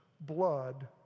blood